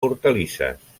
hortalisses